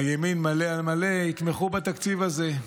הימין מלא על מלא, יתמכו בתקציב הזה.